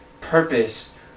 purpose